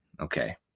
okay